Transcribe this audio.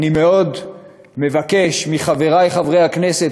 אני מאוד מבקש מחברי חברי הכנסת,